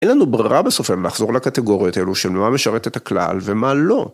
אין לנו ברירה בסוף היום לחזור לקטגוריות האלו של מה משרת את הכלל ומה לא.